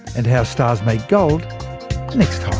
and how stars make gold next